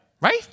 Right